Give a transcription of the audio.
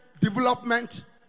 development